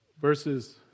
verses